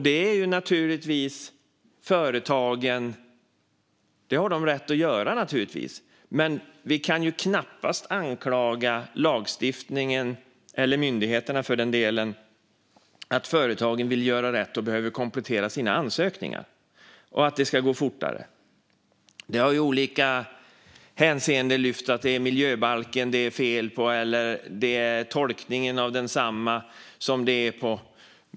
Det har naturligtvis företagen rätt att göra. Men vi kan knappast anklaga lagstiftningen, eller myndigheterna för den delen, för att företagen vill göra rätt och behöver komplettera sina ansökningar. Det har i olika hänseenden lyfts att det är miljöbalken eller tolkningen av densamma som det är fel på.